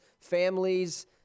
families